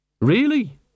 Really